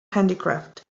handicraft